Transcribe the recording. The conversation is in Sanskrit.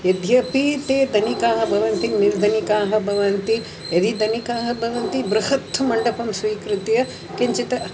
यद्यपि ते धनिकाः भवन्ति निर्धनिकाः भवन्ति यदि धनिकाः भवन्ति बृहत् मण्डपं स्वीकृत्य किञ्चित्